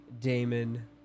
Damon